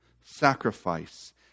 sacrifice